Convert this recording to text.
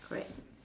correct